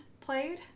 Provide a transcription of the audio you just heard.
played